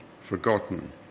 forgotten